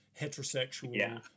heterosexual